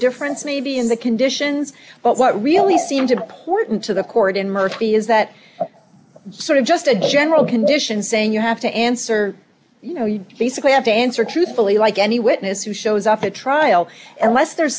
difference maybe in the conditions but what really seemed important to the court in murphy is that sort of just a general condition saying you have to answer you know you basically have to answer truthfully like any witness who shows up at trial unless there's